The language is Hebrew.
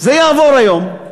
זה יעבור היום.